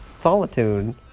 solitude